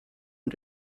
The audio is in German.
und